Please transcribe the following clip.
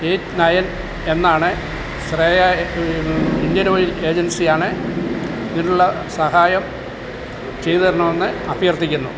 eight nine എന്നാണ് Shreya Indian Oil ഏജൻസിയാണ് ഇതിനുള്ള സഹായം ചെയ്തു തരണമെന്ന് അഭ്യർത്ഥിക്കുന്നു